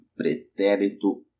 pretérito